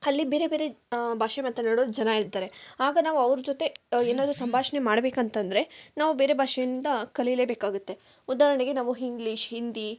ಅಲ್ಲಿ ಬೇರೆ ಬೇರೆ ಭಾಷೆ ಮಾತನಾಡೋ ಜನ ಇರ್ತಾರೆ ಆಗ ನಾವು ಅವ್ರ ಜೊತೆ ಏನಾದ್ರು ಸಂಭಾಷಣೆ ಮಾಡ್ಬೇಕೆಂತಂದ್ರೆ ನಾವು ಬೇರೆ ಭಾಷೆಯಿಂದ ಕಲಿಲೇಬೇಕಾಗುತ್ತೆ ಉದಾಹರ್ಣೆಗೆ ನಾವು ಹಿಂಗ್ಲೀಷ್ ಹಿಂದಿ